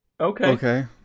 okay